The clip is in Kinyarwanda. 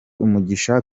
umugisha